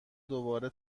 دوباره